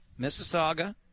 Mississauga